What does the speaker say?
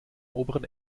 oberen